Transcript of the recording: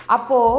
Apo